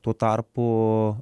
tuo tarpu